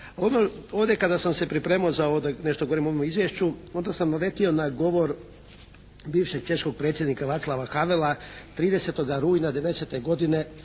Ovdje kada sam se pripremao za ovo da nešto govorim o ovom izvješću onda sam naletio na govor bivšeg češkog predsjednika Vadslava Kavela, 30. rujna '90. godine